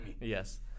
Yes